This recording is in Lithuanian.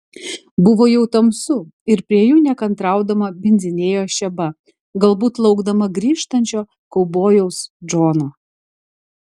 buvo jau tamsu ir prie jų nekantraudama bindzinėjo šeba galbūt laukdama grįžtančio kaubojaus džono